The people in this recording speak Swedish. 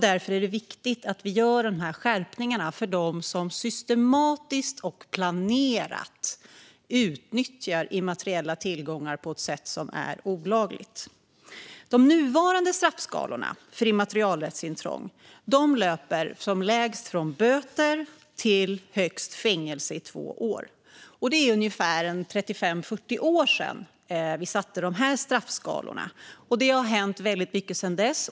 Därför är det viktigt att vi gör de här skärpningarna för dem som systematiskt och planerat utnyttjar immateriella tillgångar på ett sätt som är olagligt. De nuvarande straffskalorna för immaterialrättsintrång löper från som lägst böter till högst fängelse i två år. Det är ungefär 35-40 år sedan vi satte dessa straffskalor, och det har hänt väldigt mycket sedan dess.